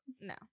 No